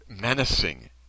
menacing